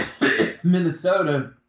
Minnesota